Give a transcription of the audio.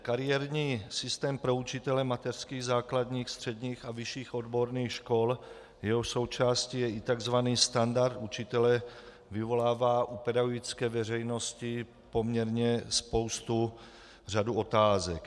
Kariérní systém pro učitele mateřských, základních, středních a vyšších odborných škol, jehož součástí je i tzv. standard učitele, vyvolává u pedagogické veřejnosti poměrně spoustu, řadu otázek.